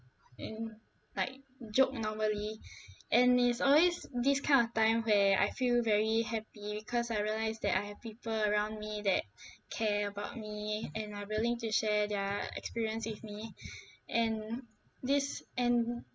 and like joke normally and it's always this kind of time where I feel very happy cause I realise that I have people around me that care about me and are willing to share their experience with me and this and